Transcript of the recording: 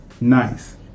nice